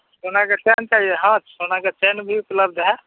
सोने की चैन चाहिए हाँ सोने की चैन भी उपलब्ध है